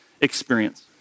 experience